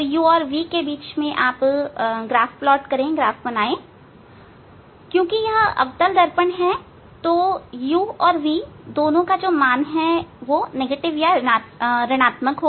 u और v के बीच ग्राफ खींचे यहां क्योंकि यह अवतल दर्पण हैं u और v दोनों का मान ऋणआत्मक है